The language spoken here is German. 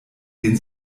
den